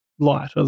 light